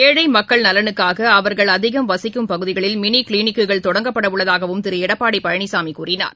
ஏழை மக்கள் நலனுக்காக அவர்கள் அதிகம் வசிக்கும் பகுதிகளில் மினி கிளினிக்குகள் தொடங்கப்படவுள்ளதாகவும் திரு எடப்பாடி பழனிசாமி கூறினார்